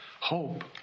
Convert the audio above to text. Hope